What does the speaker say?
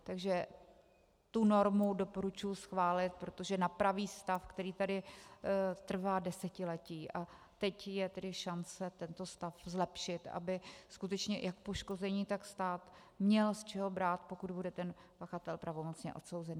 Takže tu normu doporučuji schválit, protože napraví stav, který tady trvá desetiletí, a teď je tedy šance tento stav zlepšit, aby skutečně jak poškozený, tak stát měli z čeho brát, pokud bude pachatel pravomocně odsouzený.